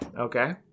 Okay